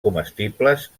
comestibles